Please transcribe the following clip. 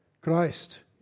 Christ